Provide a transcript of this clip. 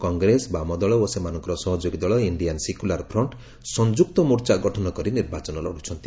କଂଗ୍ରେସ ବାମଦଳ ଓ ସେମାନଙ୍କର ସହଯୋଗୀ ଦଳ ଇଣ୍ଡିଆନ ସିକ୍ୟୁଲାର ଫ୍ରଣ୍ଟ ସଂଯୁକ୍ତ ମୋର୍ଚ୍ଚା ଗଠନ କରି ନିର୍ବାଚନ ଲଢୁଛନ୍ତି